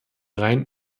rein